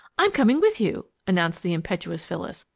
i'm coming with you! announced the impetuous phyllis.